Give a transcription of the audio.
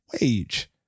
wage